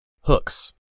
Hooks